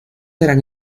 eran